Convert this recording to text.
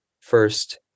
first